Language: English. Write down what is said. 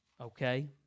Okay